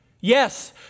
Yes